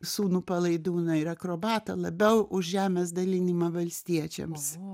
sūnų palaidūną ir akrobatą labiau už žemės dalinimą valstiečiams